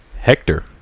Hector